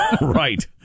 Right